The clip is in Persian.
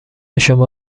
شما